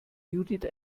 judith